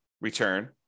return